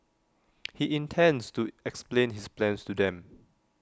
he intends to explain his plans to them